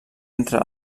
entre